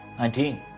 Nineteen